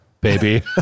baby